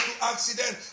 accident